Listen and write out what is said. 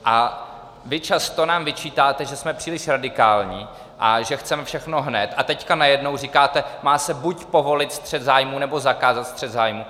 Vy nám často vyčítáte, že jsme příliš radikální a že chceme všechno hned, a teď najednou říkáte, má se buď povolit střet zájmů, nebo zakázat střet zájmů.